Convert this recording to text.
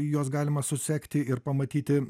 juos galima susekti ir pamatyti